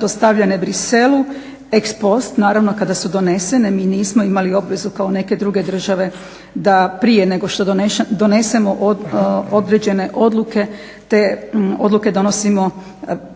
dostavljene Bruxellesu, ex post naravno kada su donesene mi nismo imali obavezu kao neke druge države da prije nego što donesemo određene odluke, te odluke donosimo